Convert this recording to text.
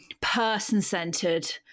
person-centered